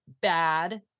bad